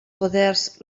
poders